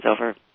over